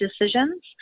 decisions